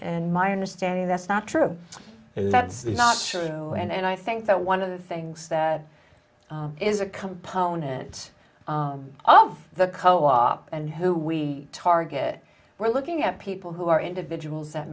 and my understanding that's not true and that's the not sure you know and i think that one of the things that is a component of the co op and who we target we're looking at people who are individuals that